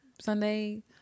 Sunday